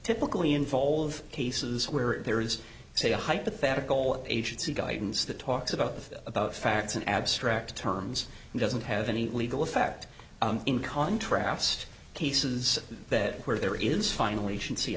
typically involve cases where there is say a hypothetical agency guidance that talks about the about facts in abstract terms and doesn't have any legal effect in contrast cases that where there is finally should see